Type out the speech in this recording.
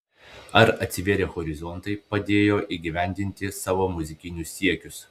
ar atsivėrę horizontai padėjo įgyvendinti savo muzikinius siekius